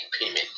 payment